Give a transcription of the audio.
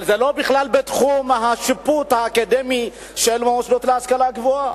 אבל זה בכלל לא בתחום השיפוט האקדמי של המוסדות להשכלה גבוהה.